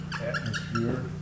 atmosphere